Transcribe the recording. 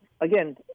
Again